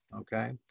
okay